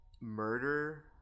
murder